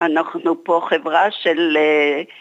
אנחנו פה חברה של